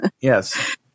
Yes